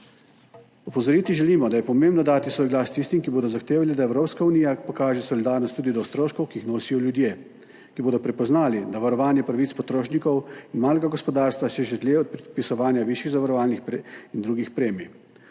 Opozoriti želimo, da je pomembno dati svoj glas tistim, ki bodo zahtevali, da Evropska unija pokaže solidarnost tudi do stroškov, ki jih nosijo ljudje, ki bodo prepoznali, da varovanje pravic potrošnikov in malega gospodarstva seže dlje od predpisovanja višjih zavarovalnih in drugih premij.